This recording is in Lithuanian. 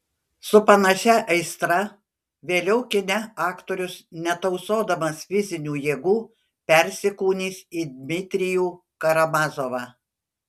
su panašia aistra vėliau kine aktorius netausodamas fizinių jėgų persikūnys į dmitrijų karamazovą